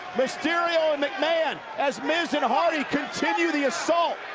mysterio and mcmahon as miz, and hardy continue the assault.